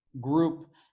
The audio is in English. group